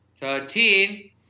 thirteen